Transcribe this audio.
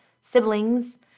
siblings